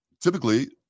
typically